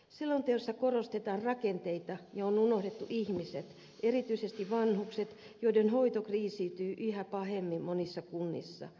selonteossa korostetaan rakenteita ja on unohdettu ihmiset erityisesti vanhukset joiden hoito kriisiytyy yhä pahemmin monissa kunnissa